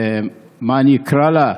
איך אקרא לה?